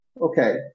Okay